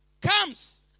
comes